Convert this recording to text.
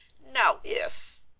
now if